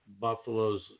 Buffalo's